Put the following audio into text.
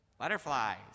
butterflies